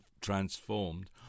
transformed